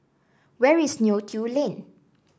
where is Neo Tiew Lane